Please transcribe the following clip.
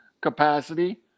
capacity